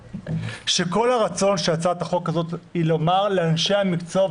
שכל הרצון של הצעת החוק הזאת הוא לומר לאנשי המקצוע,